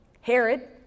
herod